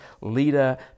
leader